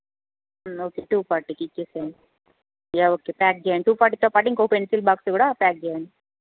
okay two ఫాట్టీకి ఇచ్చేసేయండి yeah okay pack చేయండి టూ ఫాట్టీతో పాటు ఇంకో పెన్సిల్ బాక్స్ కూడా ప్యాక్ చేయండి